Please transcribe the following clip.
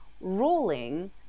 ruling